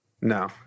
no